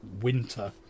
winter